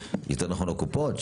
יותר נכון הקופות,